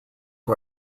who